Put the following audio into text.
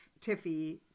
tiffy